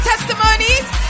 testimonies